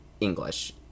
English